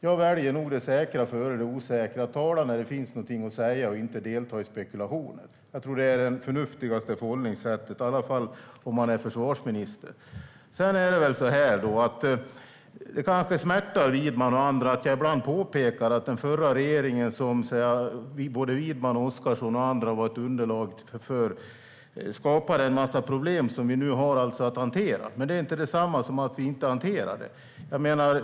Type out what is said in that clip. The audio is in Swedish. Jag väljer nog det säkra före det osäkra: att tala när det finns någonting att säga och inte delta i spekulationer. Jag tror att det är det förnuftigaste förhållningssättet, i alla fall om man är försvarsminister. Det kanske smärtar Widman och andra att jag ibland påpekar att den förra regeringen, som Widman, Oscarsson och andra ingick i underlaget till, skapade en massa problem som vi nu har att hantera. Men det är inte detsamma som att vi inte hanterar dem.